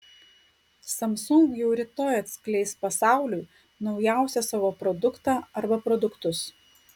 samsung jau rytoj atskleis pasauliui naujausią savo produktą arba produktus